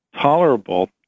tolerable